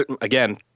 again